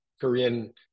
Korean